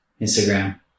Instagram